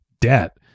debt